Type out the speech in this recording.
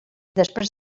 després